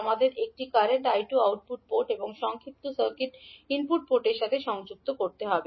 আমাদের একটি current I 2 output port এবং সংক্ষিপ্ত সার্কিট ইনপুট পোর্টের সাথে সংযুক্ত করতে হবে